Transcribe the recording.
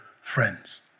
friends